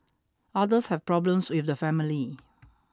others have problems with the family